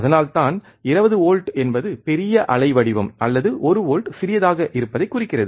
அதனால்தான் 20 வோல்ட் என்பது பெரிய அலைவடிவம் அல்லது ஒரு வோல்ட் சிறியதாக இருப்பதைக் குறிக்கிறது